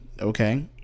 okay